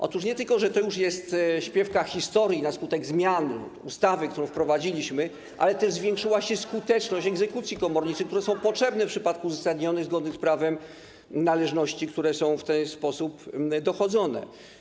Otóż nie tylko, że to już śpiewka historii na skutek zmian, ustawy, którą wprowadziliśmy, ale też zwiększyła się skuteczność egzekucji komorniczych, które są potrzebne w przypadku uzasadnionych, zgodnych z prawem należności, które są w ten sposób dochodzone.